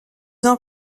ans